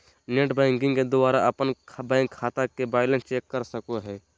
net banking के द्वारा अपन बैंक खाता के बैलेंस चेक कर सको हो